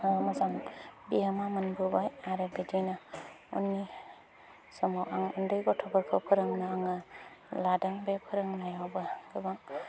गोबां मोजां बिहोमा मोनबोबाय आरो बिदिनो उननि समाव आं उन्दै गथ'फोरखौ फोरोंना आङो लादों बे फोरोंनायावबो गोबां